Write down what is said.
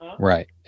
right